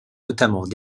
notamment